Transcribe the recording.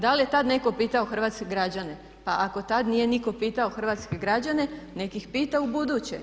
Da li je tad netko pitao hrvatske građane, pa ako tad nije nitko pitao hrvatske građene, nek ih pita ubuduće.